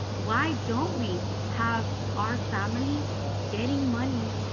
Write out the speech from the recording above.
why don't we have our families getting money?